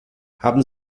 haben